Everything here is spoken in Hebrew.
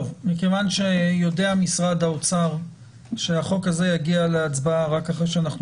מכיוון שיודע משרד האוצר שהחוק הזה יגיע להצבעה רק אחרי שאנחנו